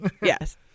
Yes